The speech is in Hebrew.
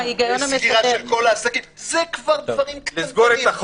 סגירה של כל העסקים זה כבר דברים קטנטנים.